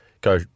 go